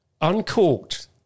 uncorked